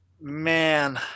man